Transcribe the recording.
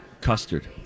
Custard